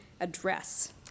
address